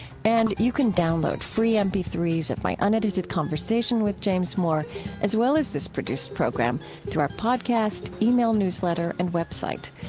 and you can download free m p three s of my unedited conversation with james moore as well as this produced program through our podcast, ah e-mail newsletter, and web site.